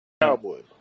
Cowboys